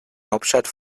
hauptstadt